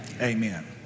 amen